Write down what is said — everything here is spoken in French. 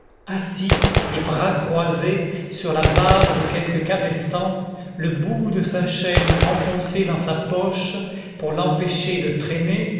assis les bras croisés sur la barre de quelque cabestan le bout de sa chaîne enfoncé dans sa poche pour l'empêcher de traîner